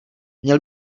měl